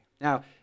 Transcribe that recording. Now